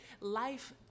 life